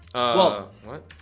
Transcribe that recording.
ah what